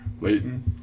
Leighton